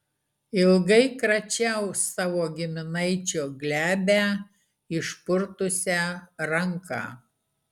ilgai kračiau savo giminaičio glebią išpurtusią ranką